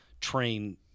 train